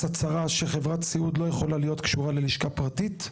הצהרה שחברת סיעוד לא יכולה להיות קשורה ללשכה פרטית.